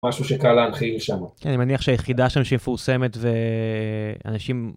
משהו שקל להנחיל שם. כן, אני מניח שהיחידה שם שהיא מפורסמת ואנשים...